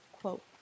Quote